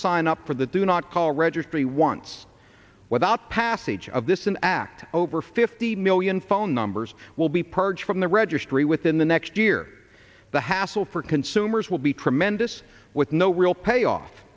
sign up for the do not call registry once without passage of this an act over fifty million phone numbers will be purged from the registry within the next year the hassle for consumers will be tremendous with no real payoff